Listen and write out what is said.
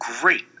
great